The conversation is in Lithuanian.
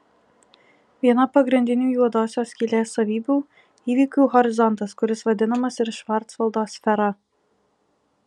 viena pagrindinių juodosios skylės savybių įvykių horizontas kuris vadinamas ir švarcvaldo sfera